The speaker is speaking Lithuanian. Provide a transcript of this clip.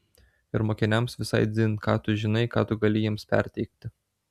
ir mokiniams visai dzin ką tu žinai ką tu gali jiems perteikti